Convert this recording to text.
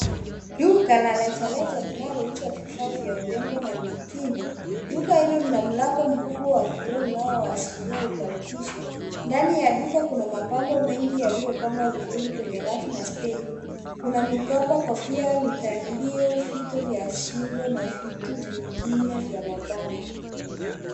Duka la rejareja linalouza vifaa vya urembo na mitindo. Duka hilo lina mlango mkubwa wa kioo unaowasilia ukaribisho. Ndani ya duka kuna mapambo mengi yaliyopangwa vizuri kwenye rafu na stendi. Kuna mikoba, kofia, vitandio, vitu vya shingo na vitu vingine vya mapambo.